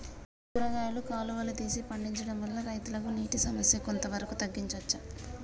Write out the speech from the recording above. కూరగాయలు కాలువలు తీసి పండించడం వల్ల రైతులకు నీటి సమస్య కొంత వరకు తగ్గించచ్చా?